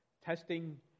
testing